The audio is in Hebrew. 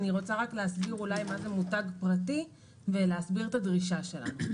אני רוצה רק להסביר אולי מה זה מותג פרטי ולהסביר את הדרישה שלנו.